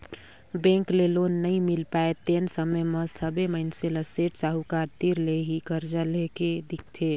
bank ले loan नइ मिल पाय तेन समे म सबे मइनसे ल सेठ साहूकार तीर ले ही करजा लेए के दिखथे